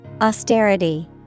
Austerity